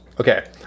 Okay